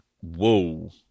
whoa